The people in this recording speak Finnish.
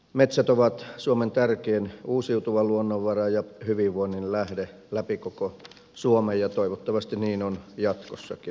metsät ovat suomen tärkein uusiutuva luonnonvara ja hyvinvoinnin lähde läpi koko suomen ja toivottavasti niin on jatkossakin